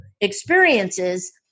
experiences